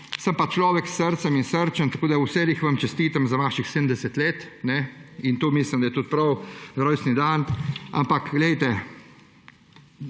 sem pač človek s srcem in srčen, tako da vseeno vam čestitam za vaših 70 let. Mislim, da je to tudi prav. Rojstni dan. Ampak glejte,